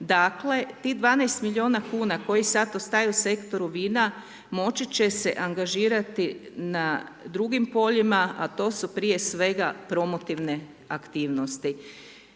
Dakle tih 12 milijuna kuna koji sada ostaju sektoru vina moći će se angažirati na drugim poljima a to su prije svega promotivne aktivnosti.